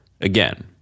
again